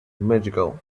magical